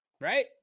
Right